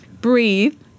Breathe